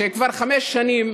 שכבר חמש שנים